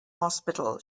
hospital